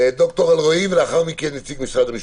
ד"ר אלרעי, ולאחר מכן נציג משרד המשפטים.